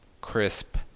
crisp